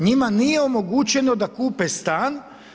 Njima nije omogućeno da kupe stan.